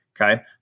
okay